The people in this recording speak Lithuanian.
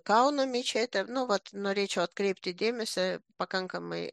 kauno mečetė nu vat norėčiau atkreipti dėmesį pakankamai